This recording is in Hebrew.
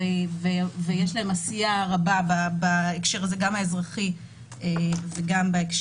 ויש להם עשייה רבה בהקשר הזה, גם האזרחי וגם של